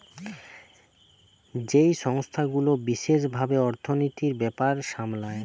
যেই সংস্থা গুলা বিশেষ ভাবে অর্থনীতির ব্যাপার সামলায়